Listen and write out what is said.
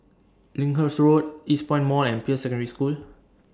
Lyndhurst Road Eastpoint Mall and Peirce Secondary School